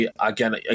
Again